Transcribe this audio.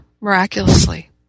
miraculously